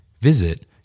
Visit